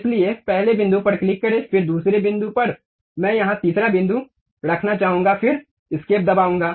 इसलिए पहले बिंदु पर क्लिक करें फिर दूसरे बिंदु पर मैं यहां तीसरा बिंदु रखना चाहूंगा फिर एस्केप दबाऊंगा